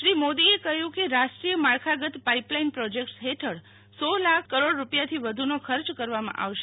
શ્રી મોદીએ કહ્યુ કે રાષ્ટ્રીય માળખાગત પાઈપલાઈને પ્રોજેક્ટસ હેઠળ સો લાખ કરોડ રૂપિયાથી વધુનો ખર્ચ કરવામાં આવશે